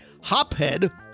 Hophead